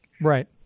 Right